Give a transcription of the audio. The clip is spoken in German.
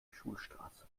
schulstraße